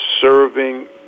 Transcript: serving